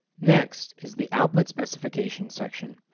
next is the output specification section.